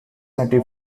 nutty